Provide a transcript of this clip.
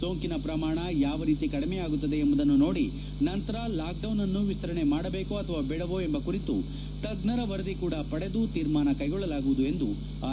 ಸೋಂಕಿನ ಪ್ರಮಾಣ ಯಾವ ರೀತಿ ಕಡಿಮೆ ಆಗುತ್ತದೆ ಎಂಬುದನ್ನು ನೋಡಿ ನಂತರ ಲಾಕ್ ಡೌನ್ ಅನ್ನು ವಿಸ್ತರಣೆ ಮಾಡಬೇಕೋ ಅಥವಾ ದೇಡವೋ ಎಂಬ ಕುರಿತು ತಜ್ಜರ ವರದಿ ಕೂಡ ಪಡೆದು ತೀರ್ಮಾನ ಕೈಗೊಳ್ಳಲಾಗುವುದು ಎಂದು ಆರ್